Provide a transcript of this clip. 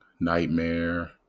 nightmare